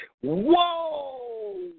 Whoa